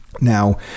Now